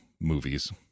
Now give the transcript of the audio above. movies